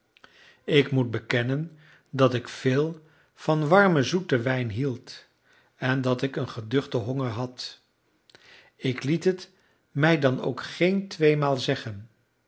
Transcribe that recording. ik moet bekennen dat ik veel van warmen zoeten wijn hield en dat ik een geduchten honger had ik liet het mij dan ook geen tweemaal zeggen